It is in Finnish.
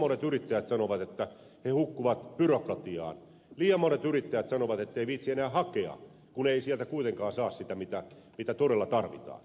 liian monet yrittäjät sanovat että he hukkuvat byrokratiaan liian monet yrittäjät sanovat etteivät viitsi enää hakea kun ei sieltä kuitenkaan saa sitä mitä todella tarvitaan